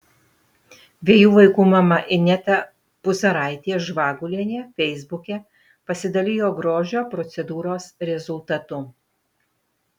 dviejų vaikų mama ineta puzaraitė žvagulienė feisbuke pasidalijo grožio procedūros rezultatu